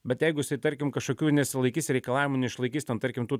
bet jeigu jisai tarkim kažkokių nesilaikys reikalavimų neišlaikys ten tarkim tų